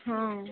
ହଁ